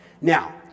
now